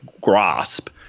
grasp